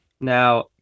Now